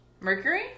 Mercury